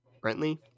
Brentley